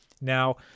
now